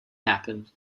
happened